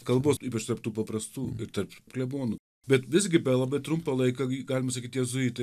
kalbos ypač tarp tų paprastų tarp klebonų bet visgi per labai trumpą laiką galim sakyti jėzuitai